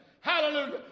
Hallelujah